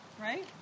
Right